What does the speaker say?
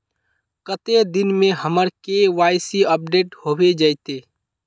कते दिन में हमर के.वाई.सी अपडेट होबे जयते?